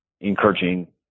encouraging